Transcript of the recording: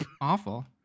Awful